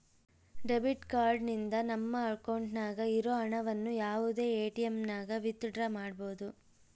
debit card ನಿಂದ ನಮ್ಮ ಅಕೌಂಟ್ನಾಗ ಇರೋ ಹಣವನ್ನು ಯಾವುದೇ ಎಟಿಎಮ್ನಾಗನ ವಿತ್ ಡ್ರಾ ಮಾಡ್ಬೋದು